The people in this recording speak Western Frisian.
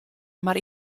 mar